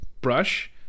brush